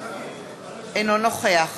אינו נוכח